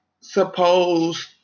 supposed